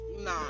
nah